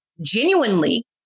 genuinely